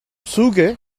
zuge